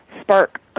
spark